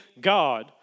God